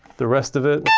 the rest of it